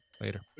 Later